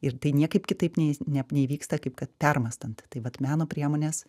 ir tai niekaip kitaip neis ne neįvyksta kaip kad permąstant tai vat meno priemonės